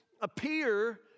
appear